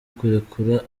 kurekura